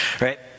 Right